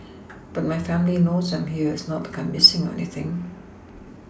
but my family knows I'm here it's not like I'm Missing or anything